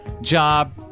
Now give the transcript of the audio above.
job